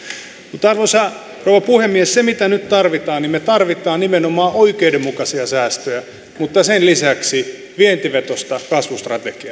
mutta arvoisa rouva puhemies se mitä nyt tarvitaan me tarvitsemme nimenomaan oikeudenmukaisia säästöjä mutta sen lisäksi vientivetoista kasvustrategiaa